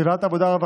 בוועדת החוקה,